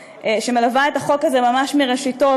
שמלווה את החוק הזה ממש מראשיתו,